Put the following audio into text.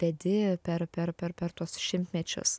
vedi per per per per tuos šimtmečius